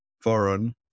foreign